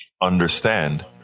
understand